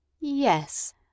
Yes